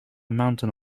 mountain